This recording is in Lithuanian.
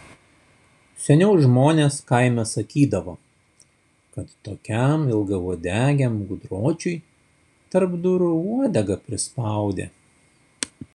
seniau žmonės kaime sakydavo kad tokiam ilgauodegiam gudročiui tarp durų uodegą prispaudė